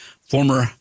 Former